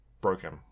broken